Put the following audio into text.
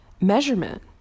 measurement